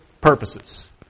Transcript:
purposes